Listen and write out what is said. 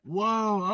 Whoa